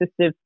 assistive